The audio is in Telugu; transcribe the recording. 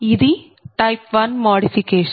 ఇది టైప్ 1 మాడిఫికేషన్